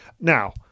Now